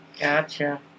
Gotcha